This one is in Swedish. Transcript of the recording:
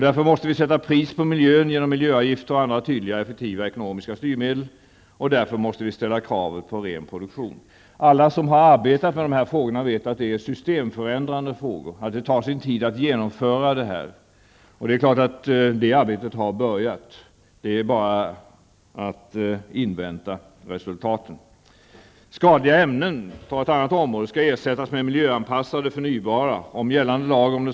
Därför måste vi sätta pris på miljön genom miljöavgifter och andra tydliga och effektiva ekonomiska styrmedel. Därför måste vi ställa kravet på ren produktion. Alla som har arbetat med dessa frågor vet att det är systemförändrande frågor och att det tar sin tid att genomföra detta. Men arbetet har börjat. Det är bara att invänta resultaten.